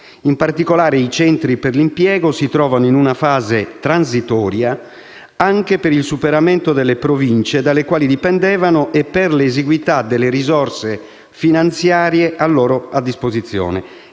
In particolare, i centri per l'impiego si trovano in una fase transitoria anche per il superamento delle Province, da cui dipendevano, e per l'esiguità delle risorse finanziarie a loro disposizione.